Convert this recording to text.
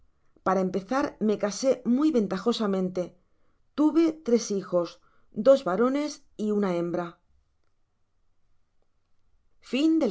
para empezar ma casé muy ventajosamente tuve tres hijos dos varones y una he